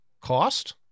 cost